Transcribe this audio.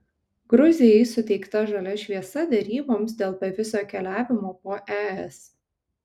gruzijai suteikta žalia šviesa deryboms dėl bevizio keliavimo po es